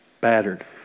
battered